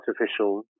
artificial